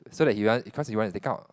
so that he want because he want to take out